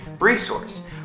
resource